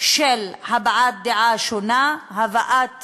של הבעת דעה שונה, הבאת